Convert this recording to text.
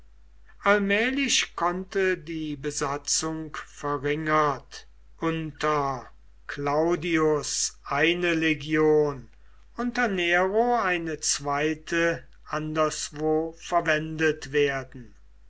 allmählich konnte die besatzung verringert unter claudius eine legion unter nero eine zweite anderswo verwendet werden